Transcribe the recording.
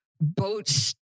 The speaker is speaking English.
boats